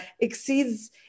exceeds